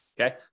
okay